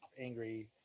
angry